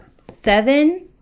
Seven